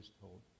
told